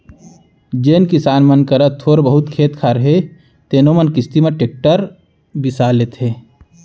जेन किसान मन करा थोर बहुत खेत खार हे तेनो मन किस्ती म टेक्टर बिसा लेथें